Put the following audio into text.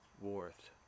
worth